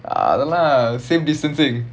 ah lah safe distancing